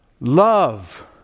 Love